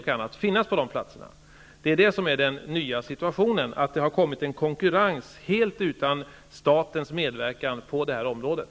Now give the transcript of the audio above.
Det har helt utan statens medverkan uppstått en ny situation med konkurrens på det här området.